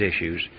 issues